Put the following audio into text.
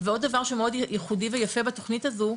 ועוד דבר שמאוד ייחודי ויפה בתוכנית הזו,